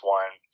one